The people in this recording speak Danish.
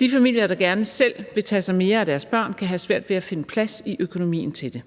De familier, der gerne selv vil tage sig mere af deres børn, kan have svært ved at finde plads i økonomien til det.